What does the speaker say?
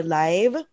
live